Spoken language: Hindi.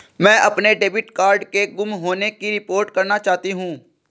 मैं अपने डेबिट कार्ड के गुम होने की रिपोर्ट करना चाहती हूँ